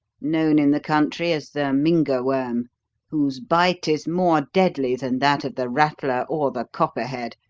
known in the country as the mynga worm whose bite is more deadly than that of the rattler or the copperhead,